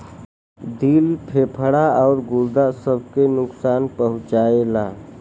दिल फेफड़ा आउर गुर्दा सब के नुकसान पहुंचाएला